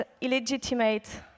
illegitimate